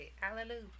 Hallelujah